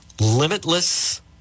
Limitless